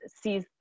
sees